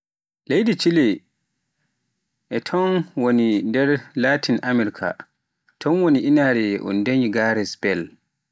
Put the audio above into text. Leydi chile e ton woni nder Latin America, ton woni inaare un danyi Gareth Bale.